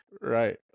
Right